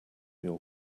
your